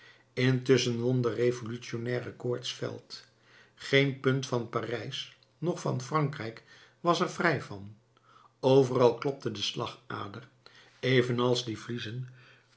intusschen won de revolutionnaire koorts veld geen punt van parijs noch van frankrijk was er vrij van overal klopte de slagader evenals die vliezen